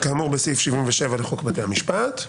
כאמור בסעיף 77 לחוק בתי המשפט,